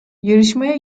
yarışmaya